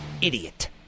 Idiot